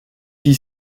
qui